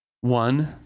one